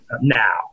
now